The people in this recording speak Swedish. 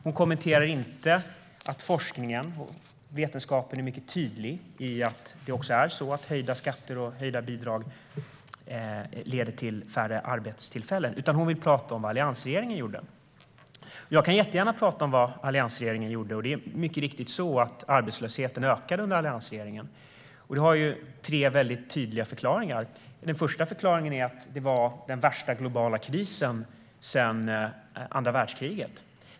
Hon kommenterar inte att forskningen och vetenskapen tydligt visar att höjda skatter och bidrag leder till färre arbetstillfällen. Hon vill prata om vad alliansregeringen gjorde. Jag kan gärna prata om vad alliansregeringen gjorde. Det är mycket riktigt så att arbetslösheten ökade under alliansregeringen. Det har tre tydliga förklaringar. Den första förklaringen är att då rådde den värsta globala krisen sedan andra världskriget.